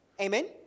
Amen